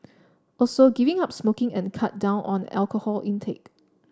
also giving up smoking and cut down on the alcohol intake